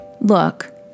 Look